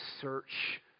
search